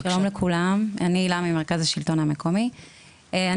הילה זהבי ממרכז השלטון המקומי,